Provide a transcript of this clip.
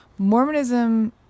Mormonism